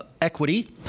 equity